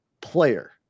player